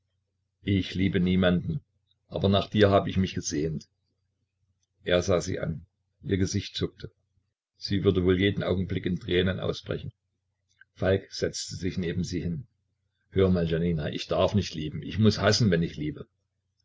ich liebe niemanden aber nach dir hab ich mich gesehnt er sah sie an ihr gesicht zuckte sie würde wohl jeden augenblick in tränen ausbrechen falk setzte sich neben sie hin hör mal jania ich darf nicht lieben ich muß hassen wenn ich liebe